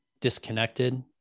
disconnected